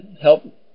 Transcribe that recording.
help